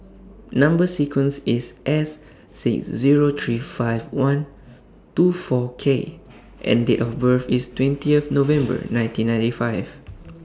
Number sequence IS S six Zero three five one two four K and Date of birth IS twentieth November nineteen ninety five